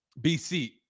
BC